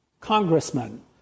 congressman